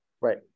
Right